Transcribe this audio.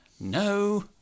no